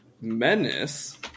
menace